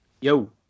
yo